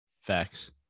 Facts